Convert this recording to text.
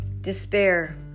despair